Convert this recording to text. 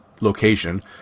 location